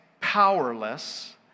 powerless